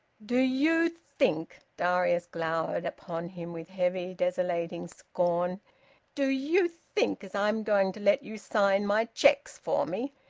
do you think darius glowered upon him with heavy, desolating scorn do you think as i'm going to let you sign my cheques for me?